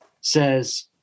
says